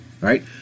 right